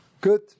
Good